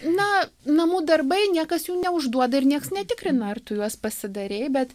na namų darbai niekas jų neužduoda ir nieks netikrina ar tu juos pasidarei bet